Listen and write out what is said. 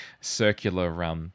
circular